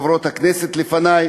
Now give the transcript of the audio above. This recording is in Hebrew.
שדיברו עליהם חברות הכנסת לפני,